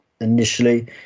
initially